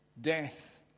death